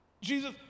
Jesus